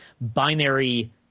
binary